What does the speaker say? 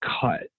cut